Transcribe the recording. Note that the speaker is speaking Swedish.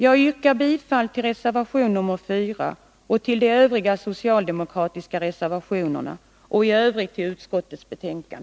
Jag yrkar bifall till reservation nr 4 och till övriga socialdemokratiska reservationer och i övrigt till utskottets hemställan.